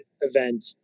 event